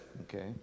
Okay